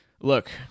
look